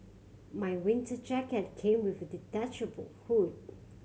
my winter jacket came with a detachable hood